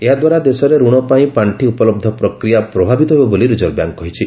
ଏହାଦ୍ଧାରା ଦେଶରେ ଋଣ ପାଇଁ ପାର୍ଶି ଉପଲବ୍ଧ ପ୍ରକ୍ରିୟା ପ୍ରଭାବିତ ହେବ ବୋଲି ରିଜର୍ଭ ବ୍ୟଙ୍କ କହିଛି